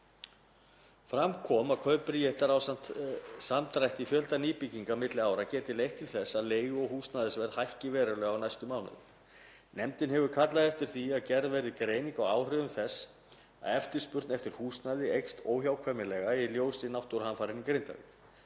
Fram kom að kaup Bríetar ásamt samdrætti í fjölda nýbygginga milli ára geti leitt til þess að leigu- og húsnæðisverð hækki verulega á næstu mánuðum. Nefndin hefur kallað eftir því að gerð verði greining á áhrifum þess að eftirspurn eftir húsnæði eykst óhjákvæmilega í ljósi náttúruhamfaranna í Grindavík.